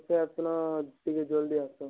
ଟିକେ ଜଲ୍ଦି ଆସ